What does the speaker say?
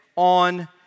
On